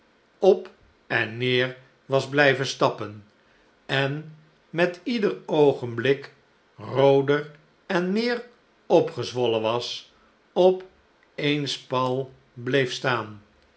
op eta neer was blijven stappen en met ieder oogenblik rooder en meer opgezwollen was op eens pal bleef staan